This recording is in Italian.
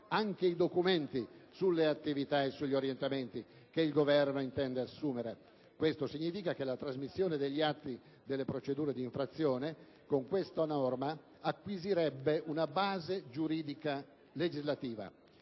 anche i documenti sulle attività e sugli orientamenti che il Governo intende assumere. Ciò significa che la trasmissione degli atti delle procedure di infrazione acquisirebbe con questa norma una base giuridica legislativa.